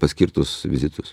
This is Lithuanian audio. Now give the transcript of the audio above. paskirtus vizitus